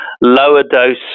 lower-dose